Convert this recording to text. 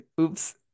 oops